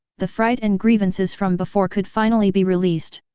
the fright and grievances from before could finally be released.